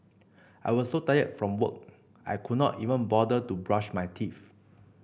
I was so tired from work I could not even bother to brush my teeth